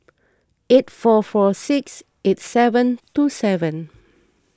eight four four six eight seven two seven